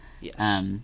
Yes